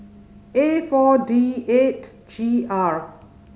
A Four D eight G R